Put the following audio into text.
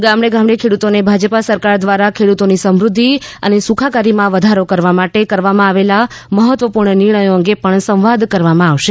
ગામડે ગામડે ખેડૂતોને ભાજપા સરકાર દ્વારા ખેડૂતોની સમૃદ્ધિ અને સુખાકારીમાં વધારો કરવા માટે કરવા આવેલા મહત્વપુર્ણ નિર્ણયો અંગે સંવાદ કરવામાં આવશે